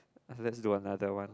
let's do another one